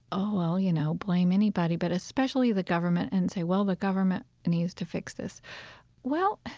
oh, well, you know, blame anybody but especially the government, and say, well, the government needs to fix this well,